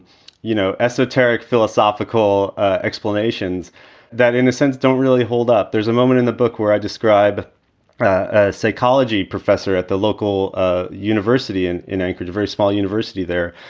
you know, esoteric philosophical explanations that in a sense don't really hold up. there's a moment in the book where i describe a psychology professor at the local university in in anchorage, a very small university there,